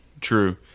True